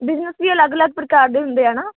business ਵੀ ਅਲੱਗ ਅਲੱਗ ਪ੍ਰਕਾਰ ਦੇ ਹੁੰਦੇ ਆ ਨਾ